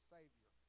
Savior